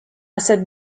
cette